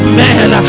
man